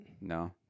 No